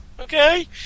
okay